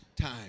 time